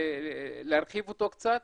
להרחיב אותו קצת.